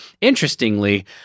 Interestingly